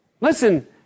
Listen